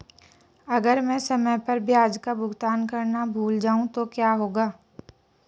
अगर मैं समय पर ब्याज का भुगतान करना भूल जाऊं तो क्या होगा?